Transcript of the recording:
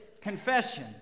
confession